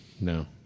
No